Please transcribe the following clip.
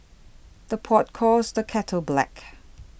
the pot calls the kettle black